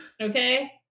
okay